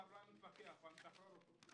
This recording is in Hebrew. לא היה מתווכח אלא היה משחרר אותו.